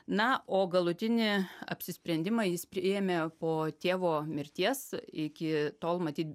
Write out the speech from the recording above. na o galutinį apsisprendimą jis priėmė po tėvo mirties iki tol matyt